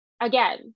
again